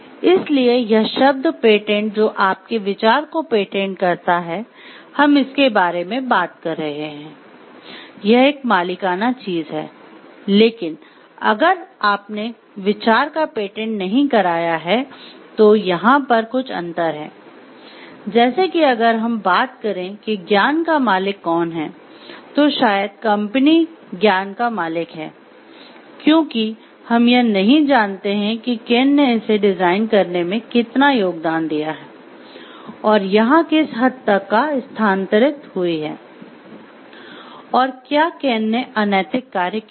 इसलिए यह शब्द पेटेंट जो आपके विचार को पेटेंट करता है हम इसके बारे में बात कर रहे हैं यह एक मालिकाना चीज है लेकिन अगर आपने विचार का पेटेंट नहीं कराया है तो यहाँ पर कुछ अंतर हैं जैसे कि अगर हम बात करें कि ज्ञान का मालिक कौन है तो शायद कंपनी ज्ञान का मालिक है क्योंकि हम यह नहीं जानते हैं कि केन ने इसे डिजाइन करने में कितना योगदान दिया है और यहाँ किस हद तक स्थानांतरित हुई है और क्या केन ने अनैतिक कार्य किया है